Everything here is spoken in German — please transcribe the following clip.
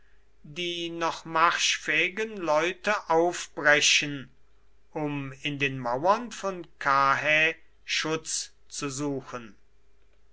die noch marschfähigen leute aufbrechen um in den mauern von karrhä schutz zu suchen